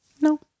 No